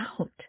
out